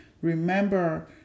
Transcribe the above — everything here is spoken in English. Remember